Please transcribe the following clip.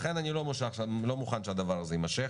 לכן אני לא מוכן שהדבר הזה יימשך.